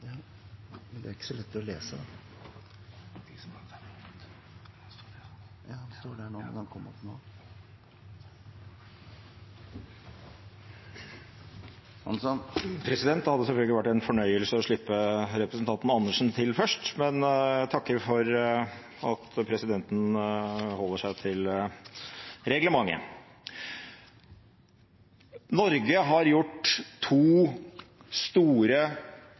Det hadde selvfølgelig vært en fornøyelse å slippe representanten Karin Andersen til først, men jeg takker for at presidenten holder seg til reglementet. Norge har gjort to store